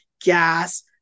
gas